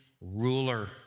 ruler